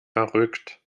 verrückt